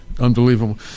Unbelievable